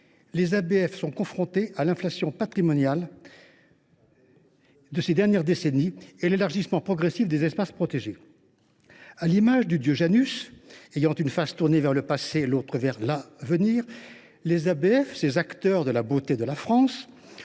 les ABF sont confrontés à l’inflation patrimoniale des dernières décennies et à l’élargissement progressif des espaces protégés. À l’image du dieu Janus, ayant une face tournée vers le passé et l’autre vers l’avenir, les ABF – les « acteurs de la beauté de la France